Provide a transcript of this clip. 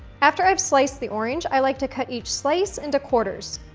after i've sliced the orange, i like to cut each slice into quarters.